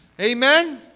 Amen